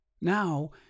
now